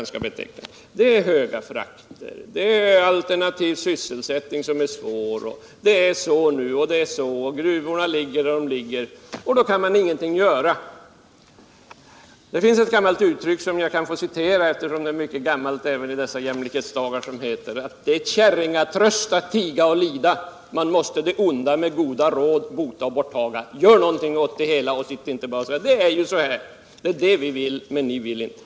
Frakterna är höga, det är svårt med alternativ sysselsättning, det är si och så, gruvorna ligger där de ligger och man kan ingenting göra. Det finns ett uttryck som jag skulle vilja återge, eftersom det är mycket gammalt, även i dessa jämlikhetens dagar. Det lyder: Det är käringatröst att tiga och lida. Man måste det onda med goda råd bota och borttaga. Gör någonting åt det hela och sitt inte bara och säg: Det är bara så här! Vi vill göra någonting, men tydligen inte ni.